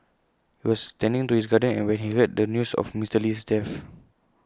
he was tending to his garden when he heard the news of Mister Lee's death